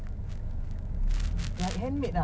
macam pakai itu sandal boleh dapat ikan lebih tu